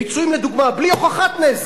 פיצויים, לדוגמה, בלי הוכחת נזק.